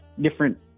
different